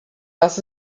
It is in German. das